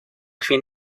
fin